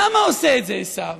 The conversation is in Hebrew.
למה עושה את זה עשיו?